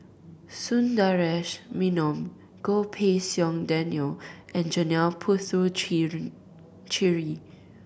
Sundaresh Menon Goh Pei Siong Daniel and Janil cheary